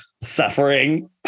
Suffering